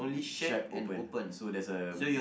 shack open so there's a